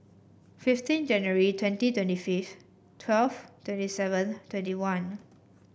fifteen January twenty twenty fifth twelve twenty seven twenty one